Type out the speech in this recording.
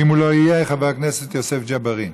ואם הוא לא יהיה, חבר הכנסת יוסף ג'בארין.